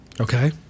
Okay